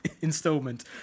installment